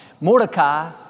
Mordecai